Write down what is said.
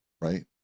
right